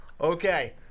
Okay